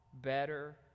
better